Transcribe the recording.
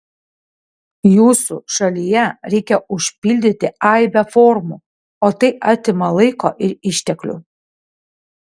jūsų šalyje reikia užpildyti aibę formų o tai atima laiko ir išteklių